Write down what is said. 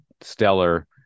stellar